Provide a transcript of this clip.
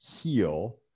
heal